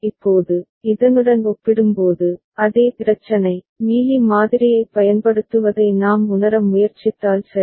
இப்போது இதனுடன் ஒப்பிடும்போது அதே பிரச்சனை மீலி மாதிரியைப் பயன்படுத்துவதை நாம் உணர முயற்சித்தால் சரி